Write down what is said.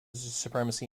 supremacy